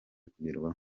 kugerwaho